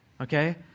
Okay